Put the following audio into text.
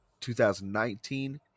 2019